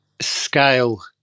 scale